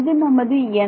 இது நமது 'n'